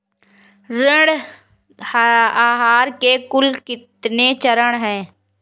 ऋण आहार के कुल कितने चरण हैं?